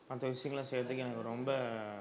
மற்ற விஷயங்கள செய்றதுக்கு எனக்கு ரொம்ப